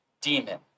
demon